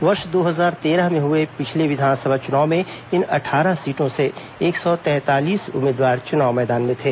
वर्ष दो हजार तेरह में हुए पिछले विधानसभा चुनाव में इन अट्ठारह सीटों से एक सौ तैंतालीस उम्मीदवार चुनाव मैदान में थे